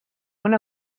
una